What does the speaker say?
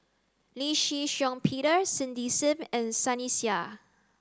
Lee Shih Shiong Peter Cindy Sim and Sunny Sia